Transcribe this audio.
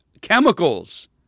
chemicals